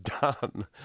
done